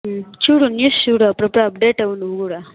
చూడు న్యూస్ చూడు అప్పుడప్పుడు అప్డేట్ అవ్వు నువ్వు కూడా